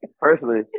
personally